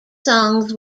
songs